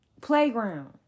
playground